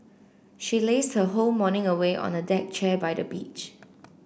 she lazed her whole morning away on a deck chair by the beach